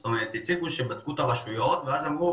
זאת אומרת הציגו שבדקו את הרשויות ואז אמרו,